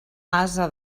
ase